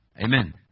Amen